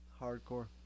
hardcore